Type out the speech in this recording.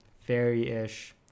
fairy-ish